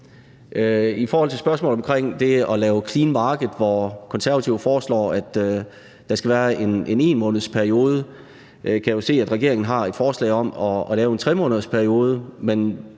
I forhold til spørgsmålet omkring det at lave clean market, foreslår Konservative, at der skal være en 1-månedsperiode, og jeg kan jo se, regeringen har et forslag om at lave en 3-månedersperiode;